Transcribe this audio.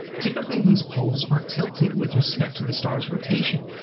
typically, these poles are tilted with respect to the star's rotation,